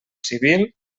civil